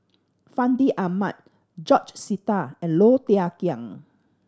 Fandi Ahmad George Sita and Low Thia Khiang